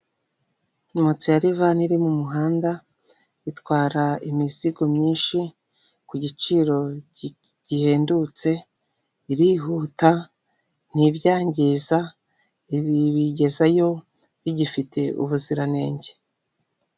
Moto ya livani iri mu muhanda, itwara imizigo myinshi ku giciro gihendutse, irihuta ntibyangiza, ibigezayo bigifite ubuziranenge.